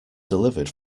delivered